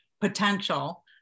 potential